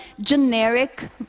generic